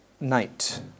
night